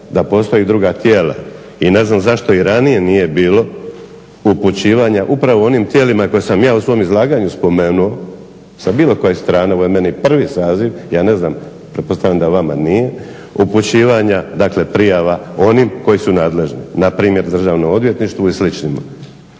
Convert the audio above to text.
da postoje druga tijela i ne znam zašto i ranije nije bilo upućivanja upravo onim tijelima koje sam ja u svom izlaganju spomenuo sa bilo koje strane. Ovo je meni prvi saziv, ja ne znam, pretpostavljam da vama nije, upućivanja prijava onim koji su nadležni. Npr. Državnom odvjetništvu i sličnima.